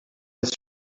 suite